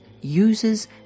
users